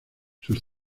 sus